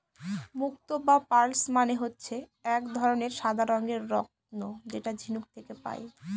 মুক্ত বা পার্লস মানে হচ্ছে এক ধরনের সাদা রঙের রত্ন যেটা ঝিনুক থেকে পায়